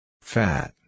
Fat